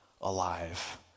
alive